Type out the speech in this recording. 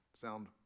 sound